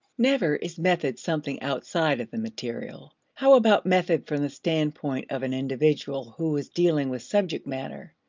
never is method something outside of the material. how about method from the standpoint of an individual who is dealing with subject matter?